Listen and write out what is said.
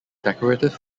decorative